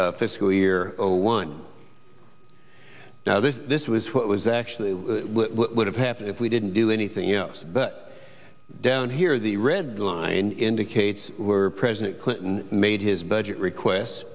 fiscal year zero one now this was what was actually would have happened if we didn't do anything else but down here the red line indicates were president clinton made his budget request